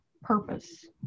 purpose